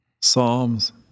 Psalms